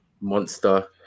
monster